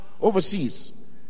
overseas